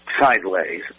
sideways